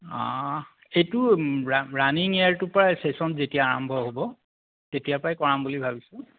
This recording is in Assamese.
অঁ সেইটো ৰা ৰাণিং ইয়েৰটোৰ পৰাই ছেশ্যন যেতিয়া আৰম্ভ হ'ব তেতিয়াৰ পৰাই কৰাম বুলি ভাবিছোঁ